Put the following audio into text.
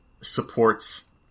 supports